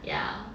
yeah